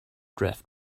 draft